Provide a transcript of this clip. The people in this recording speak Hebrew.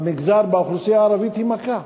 במגזר, באוכלוסייה הערבית, היא מכה,